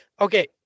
okay